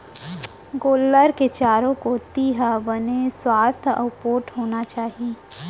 गोल्लर के चारों कोइत ह बने सुवास्थ अउ पोठ होना चाही